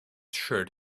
shirt